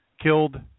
killed